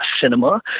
cinema